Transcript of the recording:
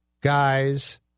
guys